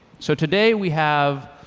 so today we have